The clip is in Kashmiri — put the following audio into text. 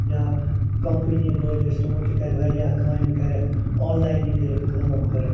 یا کمپٔنی وٲلۍ ٲسۍ تِمو تہِ کَرِ وارِیاہ کامہِ کَررٮ۪کھ آن لایِنٕے کٔرٕکھ کٲم کٔرٕکھ